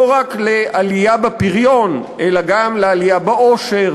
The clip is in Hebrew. רק של עלייה בפריון אלא גם של עלייה בעושר,